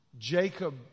Jacob